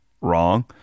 wrong